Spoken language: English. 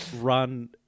run